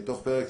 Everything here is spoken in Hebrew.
תוך 48